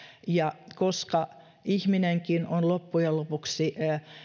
ja koska ihminenkin on loppujen lopuksi